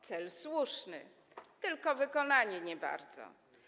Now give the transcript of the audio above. Cel był słuszny, tylko wykonanie - nie bardzo.